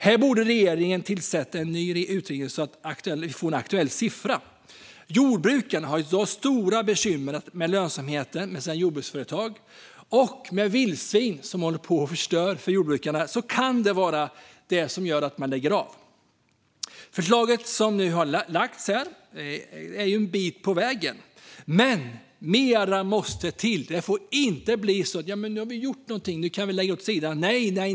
Här borde regeringen tillsätta en ny utredning så att vi får en aktuell siffra. Jordbrukarna har i dag stora bekymmer med lönsamheten i sina jordbruksföretag, och med vildsvin som håller på och förstör för jordbrukarna kan det vara detta som gör att de lägger av. Det förslag som nu har lagts fram är en bit på vägen. Men mer måste till. Det får inte bli så att man säger: Nu har vi gjort någonting, och nu kan vi lägga detta åt sidan.